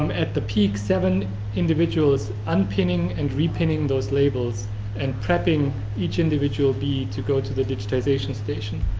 um at the peaks, seven individuals unpinning and repining those labels and prepping each individual bee to go to the digitation station.